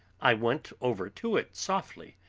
i went over to it softly,